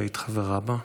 שהיית חברה בה,